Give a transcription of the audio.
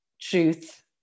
truth